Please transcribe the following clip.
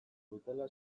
dutela